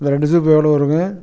இந்த ரெண்டு சூப் எவ்வளோ வருங்க